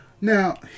Now